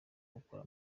gukora